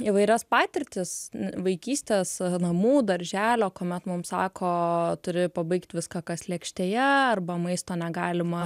įvairias patirtis vaikystės namų darželio kuomet mum sako turi pabaigt viską kas lėkštėje arba maisto negalima